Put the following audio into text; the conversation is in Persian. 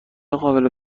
قابل